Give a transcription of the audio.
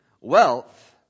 wealth